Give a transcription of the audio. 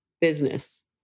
business